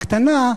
הקטנה,